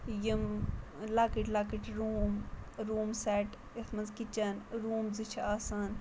یِم لَکٕٹۍ لَکٕٹۍ روٗم روٗم سٮ۪ٹ یَتھ منٛز کِچَن روٗم زٕ چھِ آسان